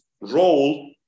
role